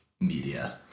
media